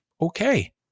okay